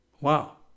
Wow